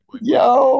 Yo